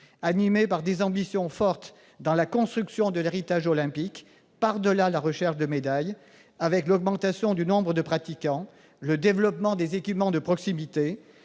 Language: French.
animé par des ambitions fortes dans la construction de l'héritage olympique, par-delà la recherche de médailles, avec l'augmentation du nombre de pratiquants, le développement des équipements de proximité,